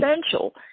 essential